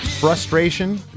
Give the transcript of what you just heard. frustration